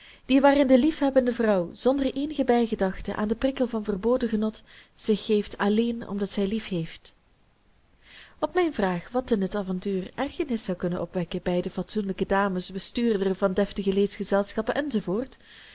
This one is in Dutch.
die waarin de liefhebbende vrouw zonder eenige bijgedachte aan den prikkel van verboden genot zich geeft alleen omdat zij liefheeft op mijne vraag wat in het avontuur ergernis zou kunnen opwekken bij de fatsoenlijke dames bestuurderen van deftige